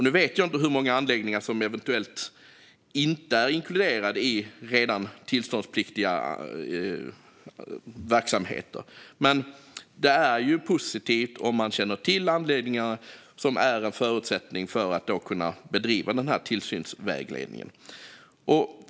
Nu vet inte jag hur många anläggningar som eventuellt inte är inkluderade i redan tillståndspliktiga verksamheter, men det är ju positivt om man känner till dessa anläggningar.